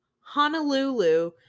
Honolulu